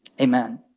Amen